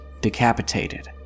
decapitated